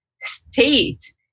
state